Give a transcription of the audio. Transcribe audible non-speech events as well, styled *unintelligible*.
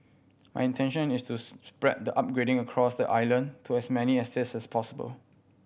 an intention is to *unintelligible* spread the upgrading across the island to as many estates as possible